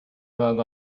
rug